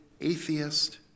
atheist